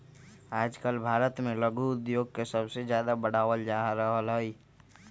आजकल भारत में लघु उद्योग के सबसे ज्यादा बढ़ावल जा रहले है